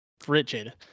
frigid